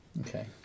Okay